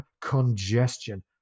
congestion